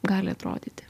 gali atrodyti